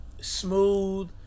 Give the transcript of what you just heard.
smooth